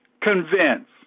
convince